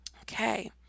okay